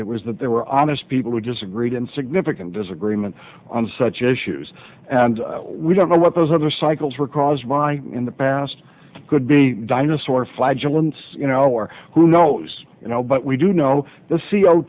it was that there were honest people who disagreed and significant disagreement on such issues and we don't know what those other cycles were caused by in the past could be dinosaur flatulence you know or who knows you know but we do know the c o